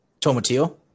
Tomatillo